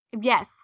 Yes